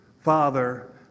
father